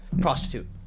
prostitute